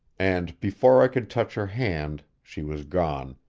and before i could touch her hand she was gone,